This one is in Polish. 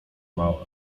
małe